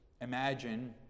imagine